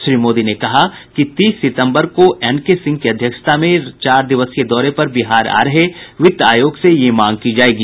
श्री मोदी ने कहा कि तीस सितंबर को एन के सिंह की अध्यक्षता में चार दिवसीय दौरे पर बिहार आ रहे वित्त आयोग से यह मांग की जायेगी